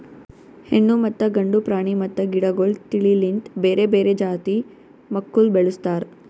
ಹೆಣ್ಣು ಮತ್ತ ಗಂಡು ಪ್ರಾಣಿ ಮತ್ತ ಗಿಡಗೊಳ್ ತಿಳಿ ಲಿಂತ್ ಬೇರೆ ಬೇರೆ ಜಾತಿ ಮಕ್ಕುಲ್ ಬೆಳುಸ್ತಾರ್